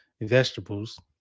vegetables